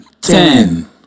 ten